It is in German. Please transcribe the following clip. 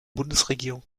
bundesregierung